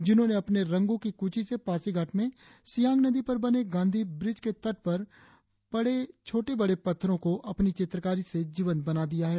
जिन्होंने अपने रंगों की कुची से पासीघाट में सियांग नदी पर बने गांधी ब्रिज के तट पर पड़े छोटे बड़े पत्थरों को अपनी चित्रकारी से जीवंत बना दिया है